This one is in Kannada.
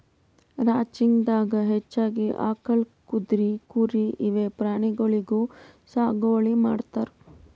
ರಾಂಚಿಂಗ್ ದಾಗಾ ಹೆಚ್ಚಾಗಿ ಆಕಳ್, ಕುದ್ರಿ, ಕುರಿ ಇವೆ ಪ್ರಾಣಿಗೊಳಿಗ್ ಸಾಗುವಳಿ ಮಾಡ್ತಾರ್